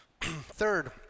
Third